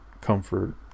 comfort